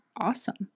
awesome